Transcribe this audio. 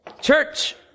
Church